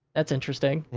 that's interesting. and